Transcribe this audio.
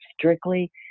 strictly